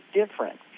different